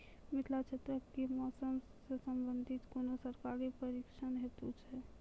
मिथिला क्षेत्रक कि मौसम से संबंधित कुनू सरकारी प्रशिक्षण हेतु छै?